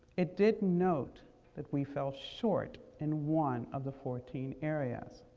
it did note that we fell short in one of the fourteen areas,